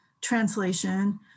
translation